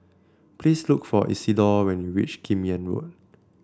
please look for Isidore when you reach Kim Yam Road